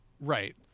right